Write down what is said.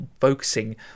focusing